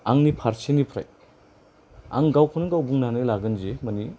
आंनि फारसेनिफ्राय आं गावखौनो गाव बुंनानै लागोन जि मानि